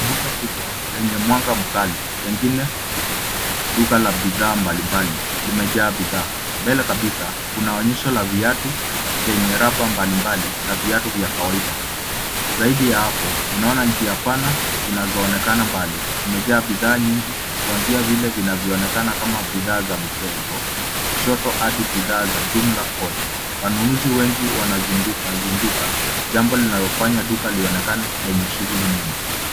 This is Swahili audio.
Duka kubwa lenye mwanga mkali, pengine duka la bidhaa mbalimbali. Limejaa bidhaa. Mbele kabisa, kuna onyesha la viatu venye raba mbalimbali, na viatu vya kawaida. Zaidi ya hapo, unaona njia pana zinazoonekana mbali. Zimejaa bidhaa nyingi kuanzia vile vinavyoonekana kama bidhaa za michezo, kushoto hadi bidhaa za jumla kote. Wanunuzi wengi wanazunguka zunguka, jambo linalofanya duka lionekane lenye shughuli nyingi.